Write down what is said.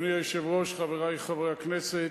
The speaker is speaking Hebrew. אדוני היושב-ראש, חברי חברי הכנסת,